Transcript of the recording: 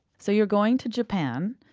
so you're going to japan.